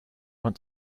want